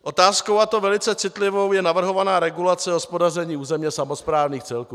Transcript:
Otázkou, a to velice citlivou, je navrhovaná regulace hospodaření územně samosprávných celků.